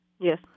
Yes